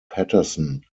patterson